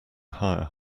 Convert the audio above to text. higher